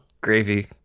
gravy